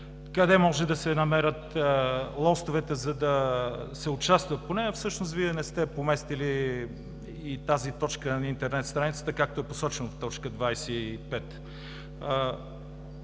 къде може да се намерят лостовете, за да се участва поне? А всъщност Вие не сте поместили и тази точка на интернет страницата, както е посочено в точка 25.